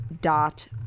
dot